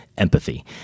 Empathy